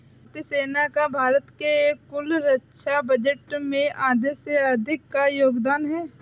भारतीय सेना का भारत के कुल रक्षा बजट में आधे से अधिक का योगदान है